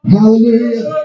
Hallelujah